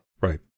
Right